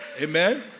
Amen